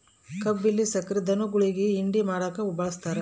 ಕಬ್ಬಿಲ್ಲಿ ಸಕ್ರೆ ಧನುಗುಳಿಗಿ ಹಿಂಡಿ ಮಾಡಕ ಬಳಸ್ತಾರ